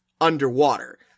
underwater